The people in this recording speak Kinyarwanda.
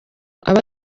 aba